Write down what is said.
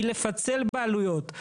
הם לפצל בעלויות,